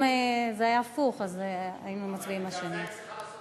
אם זה היה הפוך אז היינו מצביעים על השנייה.